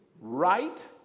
right